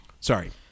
sorry